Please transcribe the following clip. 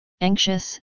anxious